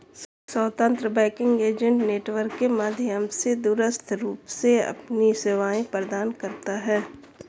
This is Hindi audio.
स्वतंत्र बैंकिंग एजेंट नेटवर्क के माध्यम से दूरस्थ रूप से अपनी सेवाएं प्रदान करता है